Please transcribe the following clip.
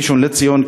ראשון-לציון,